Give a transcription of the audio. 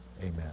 Amen